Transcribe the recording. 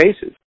cases